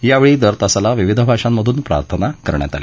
यावेळी दर तासाला विविध भाषांमधून प्रार्थना करण्यात आल्या